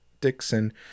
Dixon